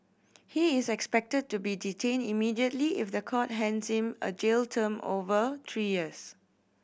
he is expected to be detained immediately if the court hands him a jail term over three years